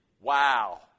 Wow